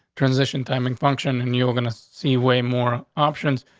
transition, timing function, and you're gonna see way more options.